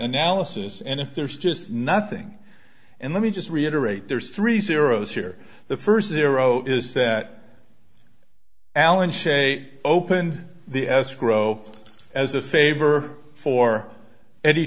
analysis and if there's just nothing and let me just reiterate there's three zeros here the first zero is that alan shea opened the escrow as a favor for eddie